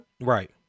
right